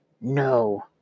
No